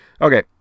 Okay